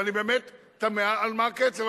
ואני באמת תמה, על מה הקצף.